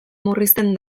murrizten